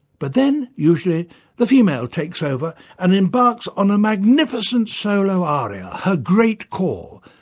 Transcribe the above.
but then usually the female takes over and embarks on a magnificent solo aria, her great call,